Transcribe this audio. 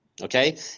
okay